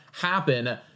happen